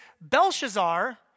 Belshazzar